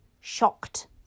shocked